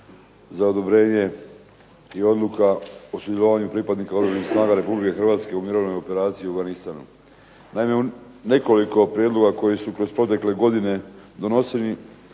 za odobrenje i odluka o sudjelovanju pripadnika Oružanih snaga RH u mirovnoj operaciji u Afganistanu. Naime, nekoliko prijedloga koji su kroz protekle godine doneseni